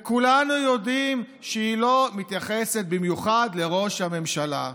וכולנו יודעים שהיא לא מתייחסת במיוחד לראש הממשלה.